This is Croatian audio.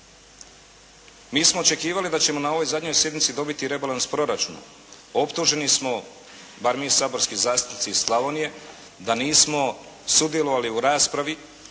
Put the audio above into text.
Mi smo očekivali da ćemo na ovoj zadnjoj sjednici dobiti rebalans proračuna. Optuženi smo, bar mi saborski zastupnici iz Slavonije, da nismo sudjelovali u raspravi